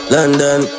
London